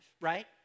right